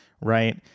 right